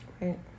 right